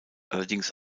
allerdings